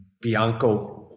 Bianco